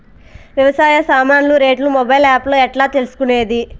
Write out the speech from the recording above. వ్యవసాయ సామాన్లు రేట్లు మొబైల్ ఆప్ లో ఎట్లా తెలుసుకునేది?